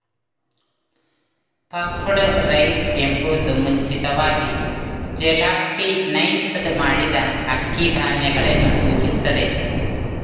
puffed rice ಎಂಬುದು ಮುಂಚಿತವಾಗಿ gelatinised ಮಾಡಿದ ಅಕ್ಕಿ ಧಾನ್ಯಗಳನ್ನು ಸೂಚಿಸುತ್ತದೆ